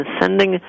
sending